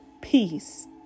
peace